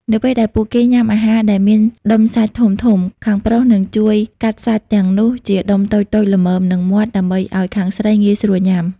នៅពេលដែលពួកគេញ៉ាំអាហារដែលមានដុំសាច់ធំៗ ខាងប្រុសនឹងជួយកាត់សាច់ទាំងនោះជាដុំតូចៗល្មមនឹងមាត់ ដើម្បីឱ្យខាងស្រីងាយស្រួលញ៉ាំ។